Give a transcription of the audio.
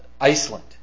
Iceland